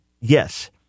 Yes